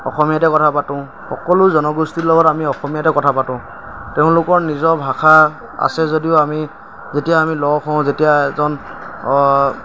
অসমীয়াতে কথা পাতোঁ সকলো জনগোষ্ঠীৰ লগত আমি অসমীয়াতে কথা পাতোঁ তেওঁলোকৰ নিজৰ ভাষা আছে যদিও আমি যেতিয়া আমি লগ হওঁ যেতিয়া এজন